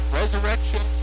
resurrection